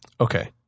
Okay